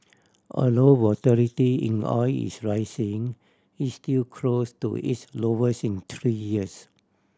although volatility in oil is rising it's still close to its lowest in three years